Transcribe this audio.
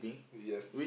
yes